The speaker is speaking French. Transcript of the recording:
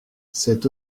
c’est